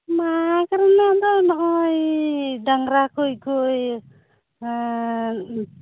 ᱢᱟᱜᱽ ᱨᱮᱱᱟᱜ ᱫᱚ ᱱᱚᱜᱼᱚᱭ ᱰᱟᱝᱨᱟ ᱠᱚ ᱠᱚ